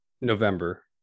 November